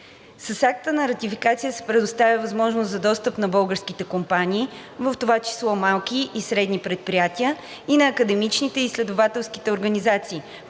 С акта на ратификация се предоставя възможност за достъп на българските компании, в това число малки и средни предприятия, и на академичните и изследователските организации,